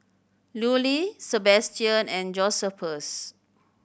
Lulie Sebastian and Josephus